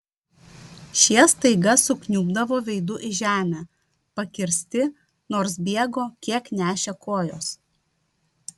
šie staiga sukniubdavo veidu į žemę pakirsti nors bėgo kiek nešė kojos